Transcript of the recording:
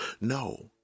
no